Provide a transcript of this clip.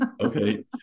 Okay